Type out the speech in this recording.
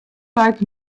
leit